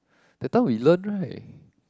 that time we learn right